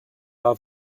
are